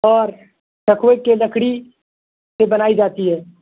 اور ساکھو کی لکڑی سے بنائی جاتی ہے